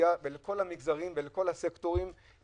אוכלוסייה ולכל המגזרים ולכל הסקטורים.